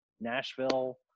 Nashville